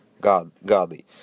godly